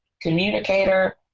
communicator